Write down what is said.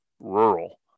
rural